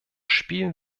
spielen